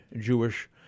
Jewish